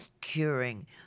curing